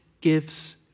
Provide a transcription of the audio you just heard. gives